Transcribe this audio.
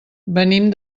venim